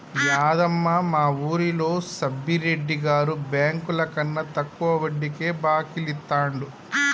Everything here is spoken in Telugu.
యాదమ్మ, మా వూరిలో సబ్బిరెడ్డి గారు బెంకులకన్నా తక్కువ వడ్డీకే బాకీలు ఇత్తండు